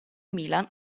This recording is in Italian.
milan